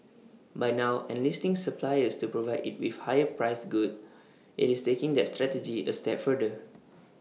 by now enlisting suppliers to provide IT with higher priced goods IT is taking that strategy A step further